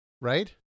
right